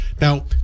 Now